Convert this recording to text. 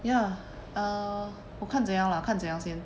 ya err 我看怎样啦看怎样先